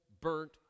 burnt